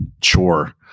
chore